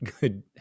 good